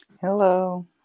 Hello